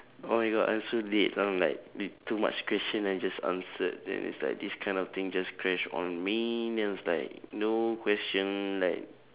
oh my god I'm so dead I'm like read too much question I just answered and it's like this kind of thing just crash on me now it's like no question left